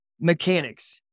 mechanics